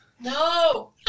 No